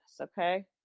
Okay